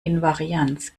invarianz